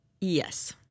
Yes